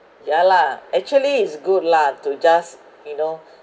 ya lah actually it's good lah to just you know